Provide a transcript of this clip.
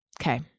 Okay